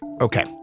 Okay